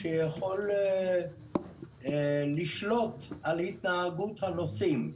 שיכול לשלוט על התנהגות הנוסעים,